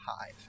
hive